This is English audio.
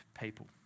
people